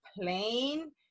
plain